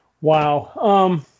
wow